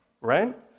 right